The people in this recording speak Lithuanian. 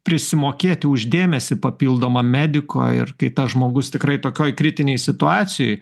prisimokėti už dėmesį papildomą mediko ir kai tas žmogus tikrai tokioj kritinėj situacijoj